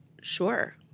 Sure